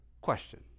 question